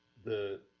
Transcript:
the